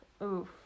Oof